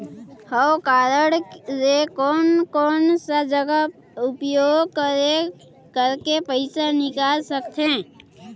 हव कारड ले कोन कोन सा जगह उपयोग करेके पइसा निकाल सकथे?